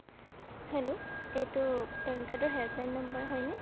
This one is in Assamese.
হেল্ল' এইটো পেন কাৰ্ডৰ হেল্পলাইন নাম্বাৰ হয়নে